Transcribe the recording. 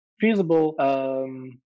feasible